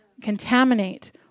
contaminate